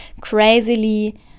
crazily